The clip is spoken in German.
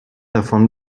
davon